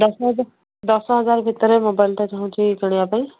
ଦଶ ହଜାର ଦଶ ହଜାର ଭିତରେ ମୋବାଇଲ୍ ଟା ଚାହୁଁଛି କିଣିବାପାଇଁ